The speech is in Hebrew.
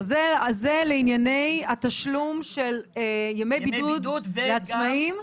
אז זה לענייני התשלום של ימי בידוד לעצמאים.